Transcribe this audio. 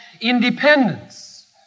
independence